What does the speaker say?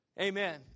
Amen